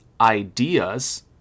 ideas